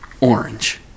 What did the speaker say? orange